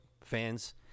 fans